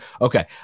Okay